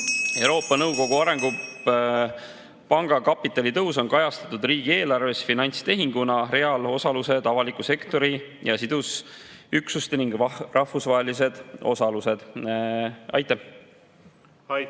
Euroopa Nõukogu Arengupanga kapitali tõus on kajastatud riigieelarves finantstehinguna real "Osalused avaliku sektori ja sidusüksustes ning rahvusvahelised osalused". Aitäh!